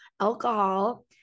alcohol